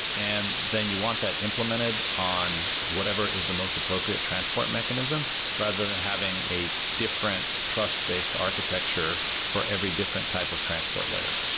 and then you want that implemented on whatever is the most appropriate transport mechanism rather than having a different trust-based architecture for every different type of transport layer.